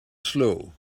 slow